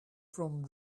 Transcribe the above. from